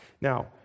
Now